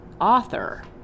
author